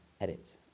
edit